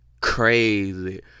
crazy